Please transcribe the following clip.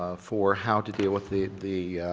ah for how to deal with the the